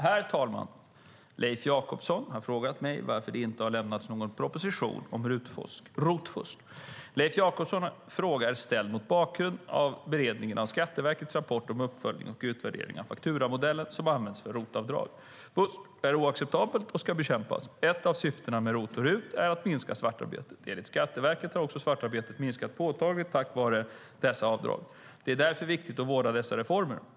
Herr talman! Leif Jakobsson har frågat mig varför det inte har lämnats någon proposition om ROT-fusk. Leif Jakobssons fråga är ställd mot bakgrund av beredningen av Skatteverkets rapport om uppföljning och utvärdering av fakturamodellen som används för ROT-avdrag. Fusk är oacceptabelt och ska bekämpas. Ett av syftena med ROT och RUT är att minska svartarbetet. Enligt Skatteverket har också svartarbetet minskat påtagligt tack vare dessa avdrag. Det är därför viktigt att vårda dessa reformer.